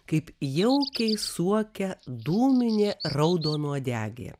kaip jaukiai suokia dūminė raudonuodegė